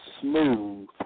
smooth